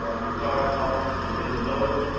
we started talks in minnesota,